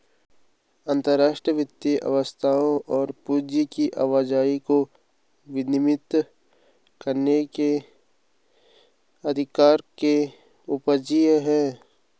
अंतर्राष्ट्रीय वित्त वस्तुओं और पूंजी की आवाजाही को विनियमित करने के अधिकार से उपजी हैं